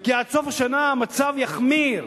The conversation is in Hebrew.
כי עד סוף השנה המצב יחמיר.